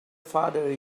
father